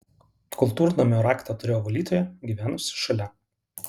kultūrnamio raktą turėjo valytoja gyvenusi šalia